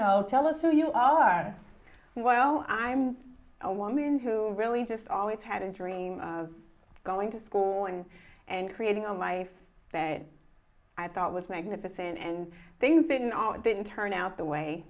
know tell us who you are while i'm a woman who really just always had a dream of going to school and and creating a life they i thought was magnificent and things didn't all it didn't turn out the way